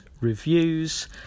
reviews